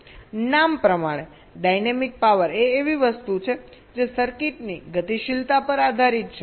નામ પ્રમાણે dynamic power એ એવી વસ્તુ છે જે સર્કિટની ગતિશીલતા પર આધારિત છે